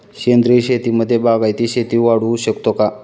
सेंद्रिय शेतीमध्ये बागायती शेती वाढवू शकतो का?